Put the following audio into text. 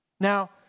Now